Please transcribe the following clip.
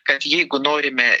kad jeigu norime